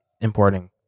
importing